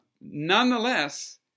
Nonetheless